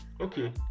Okay